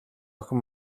охин